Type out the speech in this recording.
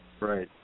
Right